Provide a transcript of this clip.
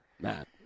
Matt